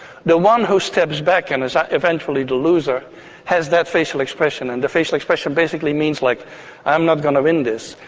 the one who steps back and is eventually the loser has that facial expression, and the facial expression basically means like i'm not going to win this.